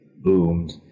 boomed